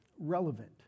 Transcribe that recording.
relevant